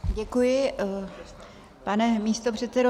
Děkuji, pane místopředsedo.